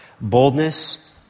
boldness